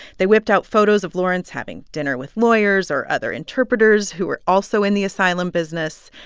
they whipped out photos of lawrence having dinner with lawyers or other interpreters who were also in the asylum business.